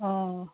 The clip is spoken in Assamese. অ'